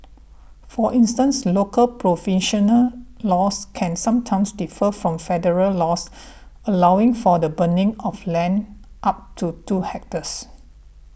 for instance local provincial laws can sometimes differ from federal laws allowing for the burning of land up to two hectares